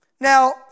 Now